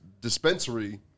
dispensary